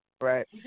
right